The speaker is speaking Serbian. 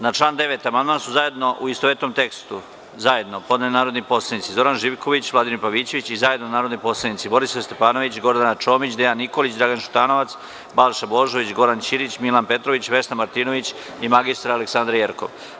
Na član 9. amandman su u istovetnom tekstu zajedno podneli narodni poslanici Zoran Živković i Vladimir Pavićević i zajedno narodni poslanici Borislav Stefanović, Gordana Čomić, Dejan Nikolić, Dragan Šutanovac, Balša Božović, Goran Ćirić, Milan Petrić, Vesna Martinović i mr Aleksandra Jerkov.